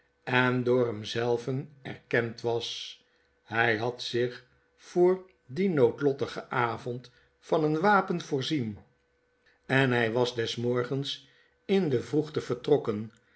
en door hem zelven erkend was hy had zich voor dien noodlottigen avond van een wapen voorzien en hi was des morgens in de vroegte vertrokken